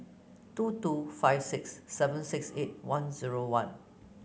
two two five six seven six eight one zero one